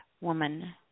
woman